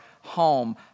home